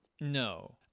No